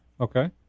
Okay